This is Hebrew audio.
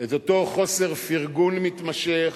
את אותו חוסר פרגון מתמשך,